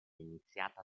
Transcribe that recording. iniziata